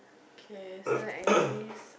okay so anyways